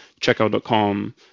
Checkout.com